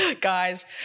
guys